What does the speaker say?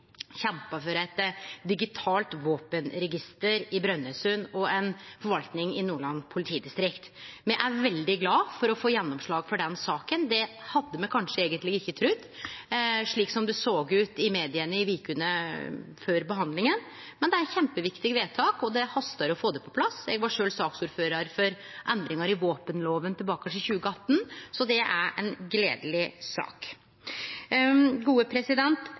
kjempa for eit digitalt våpenregister i Brønnøysund og ei forvaltning i Nordland politidistrikt, og me er veldig glade for å få gjennomslag for den saka. Det hadde vi kanskje eigentleg ikkje trudd, slik som det såg ut i media i vekene før behandlinga, men det er eit kjempeviktig vedtak, og det hastar å få det på plass. Eg var sjølv saksordførar for endringar i våpenlova tilbake i 2018. Så det er ei gledeleg sak.